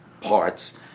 parts